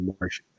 Marsh